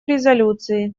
резолюции